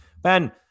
Ben